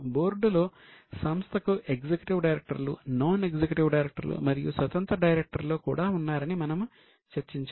బోర్డులో సంస్థకు ఎగ్జిక్యూటివ్ డైరెక్టర్లు నాన్ ఎగ్జిక్యూటివ్ డైరెక్టర్లు మరియు స్వతంత్ర డైరెక్టర్లు కూడా ఉన్నారని మనము చర్చించాము